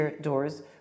doors